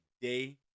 day